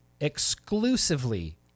Exclusively